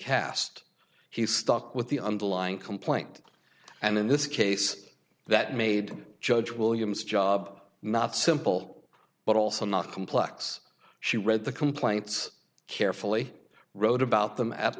cast he's stuck with the underlying complaint and in this case that made judge williams job not simple but also not complex she read the complaints carefully wrote about them at